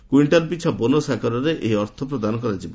quintal ପିଛା bonus ଆକାରରେ ଏହି ଅର୍ଥ ପ୍ରଦାନ କରାଯିବ